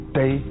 day